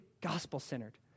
gospel-centered